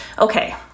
Okay